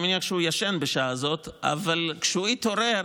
אני מניח שהוא ישן בשעה הזאת, אבל כשהוא יתעורר,